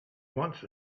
once